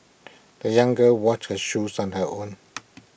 the young girl washed her shoes on her own